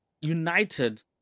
United